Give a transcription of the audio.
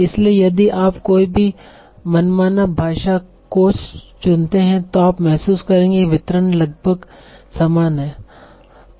इसलिए यदि आप कोई भी मनमाना भाषा कोष चुनते हैं तो आप महसूस करेंगे कि वितरण लगभग समान है